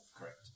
Correct